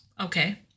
Okay